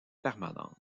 permanente